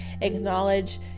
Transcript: acknowledge